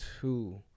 two